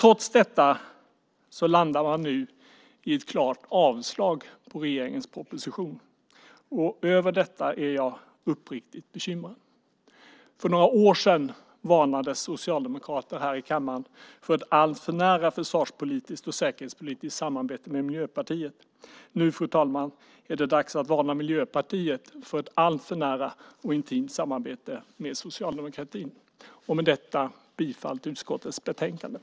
Trots det landar man nu i ett klart avslag på regeringens proposition. Över det är jag uppriktigt bekymrad. För några år sedan varnades socialdemokrater här i kammaren för ett alltför nära försvarspolitiskt och säkerhetspolitiskt samarbete med Miljöpartiet. Nu, fru talman, är det dags att varna Miljöpartiet för ett alltför nära och intimt samarbete med socialdemokratin. Med det yrkar jag bifall till förslagen i betänkandet.